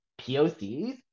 POCs